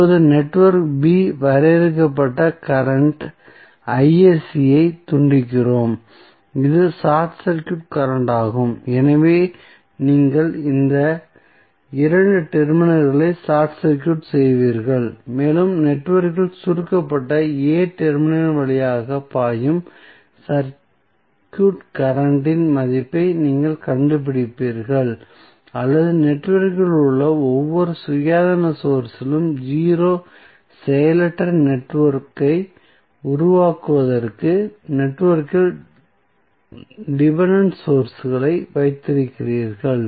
இப்போது network B வரையறுக்கப்பட்ட current யை துண்டிக்கிறோம் இது ஷார்ட் சர்க்யூட் கரண்ட்டாகும் எனவே நீங்கள் இந்த 2 டெர்மினல்களை ஷார்ட் சர்க்யூட் செய்வீர்கள் மேலும் நெட்வொர்க்கின் சுருக்கப்பட்ட A டெர்மினலின் வழியாக பாயும் சர்க்யூட் கரண்ட் இன் மதிப்பை நீங்கள் கண்டுபிடிப்பீர்கள் அல்லது நெட்வொர்க்கில் உள்ள ஒவ்வொரு சுயாதீன சோர்ஸ் இலும் 0 செயலற்ற நெட்வொர்க் ஐ உருவாக்குவதற்கு நெட்வொர்க்கில் டிபென்டென்ட் சோர்ஸ்களை வைத்திருக்கிறீர்கள்